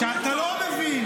שאתה לא מבין.